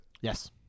yes